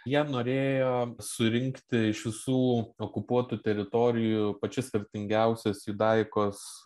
jam norėjo surinkti iš visų okupuotų teritorijų pačias vertingiausias judaikos